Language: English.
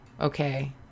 okay